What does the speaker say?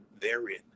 therein